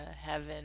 heaven